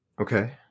Okay